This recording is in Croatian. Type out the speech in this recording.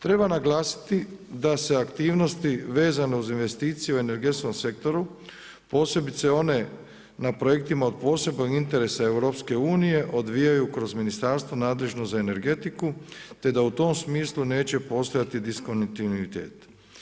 Treba naglasiti da se aktivnosti vezane uz investicije u energetskom sektoru, posebice one na projektima od posebnog interesa EU odvijaju kroz ministarstvo nadležno za energetiku te da u tom smislu neće postojati diskontinuitet.